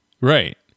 Right